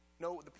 No